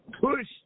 push